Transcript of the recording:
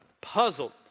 Puzzled